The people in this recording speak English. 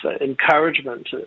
encouragement